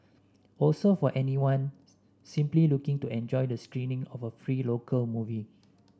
also for anyone simply looking to enjoy the screening of a free local movie